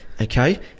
Okay